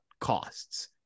costs